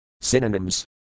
Synonyms